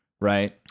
right